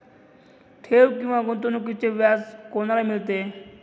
ठेव किंवा गुंतवणूकीचे व्याज कोणाला मिळते?